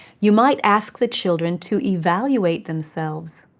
you might ask the children to evaluate themselves.